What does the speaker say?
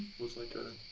was like a.